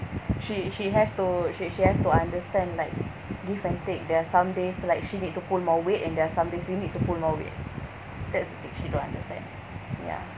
she she have to she she has to understand like give and take there are some days like she need to pull more weight and there are some days you need to pull more weight that's the thing she don't understand ya